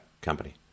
company